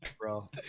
bro